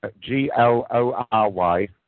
G-L-O-R-Y